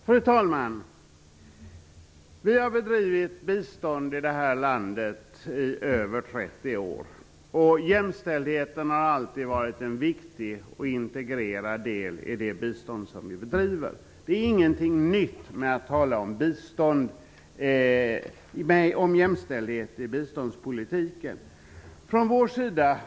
Fru talman! Vi har bedrivit bistånd i det här landet i över 30 år, och jämställdheten har alltid varit en viktig och integrerad del i det bistånd som vi bedriver. Det är ingenting nytt att tala om jämställdhet i biståndspolitiken.